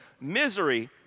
Misery